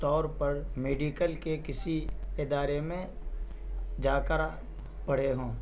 طور پر میڈیکل کے کسی ادارے میں جا کرا پڑھے ہوں